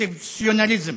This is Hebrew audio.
exceptionalism,